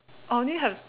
I only have